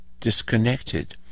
disconnected